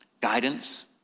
guidance